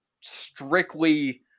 strictly